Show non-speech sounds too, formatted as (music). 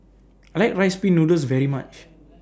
(noise) I like Rice Pin Noodles very much